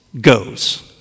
goes